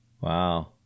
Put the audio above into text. Wow